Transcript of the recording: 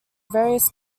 various